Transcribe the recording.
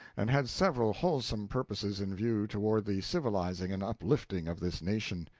and had several wholesome purposes in view toward the civilizing and uplifting of this nation.